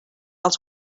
els